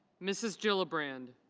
mrs. jill a brand.